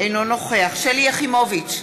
אינו נוכח שלי יחימוביץ,